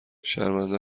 شرمنده